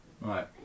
Right